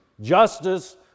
Justice